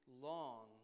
long